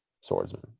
swordsman